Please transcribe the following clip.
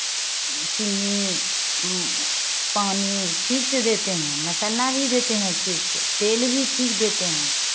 चीनी पानी ठीक से देते हैं मसाला भी देते हैं ठीक से तेल भी ठीक देते हैं